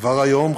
כבר היום,